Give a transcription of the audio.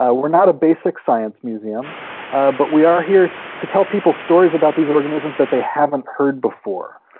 ah we're not a basic science museum ah but we are here to tell people stories about these organisms that they haven't heard before.